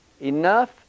enough